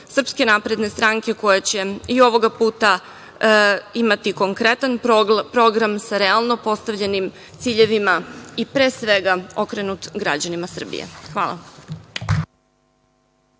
programu SNS, koja će i ovoga puta imati konkretan program, sa realno postavljenim ciljevima i, pre svega, okrenut građanima Srbije. Hvala.